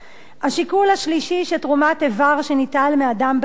השיקול השלישי, שתרומת איבר שניטל מאדם בחייו,